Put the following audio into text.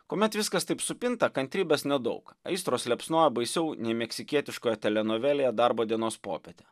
kuomet viskas taip supinta kantrybės nedaug aistros liepsnojo baisiau nei meksikietiškoje telenovelėje darbo dienos popietė